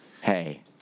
Hey